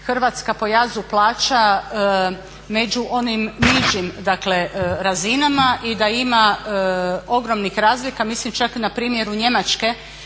Hrvatska po jazu plaća među onim nižim dakle razinama i da ima ogromnih razlika, mislim čak na primjeru Njemačke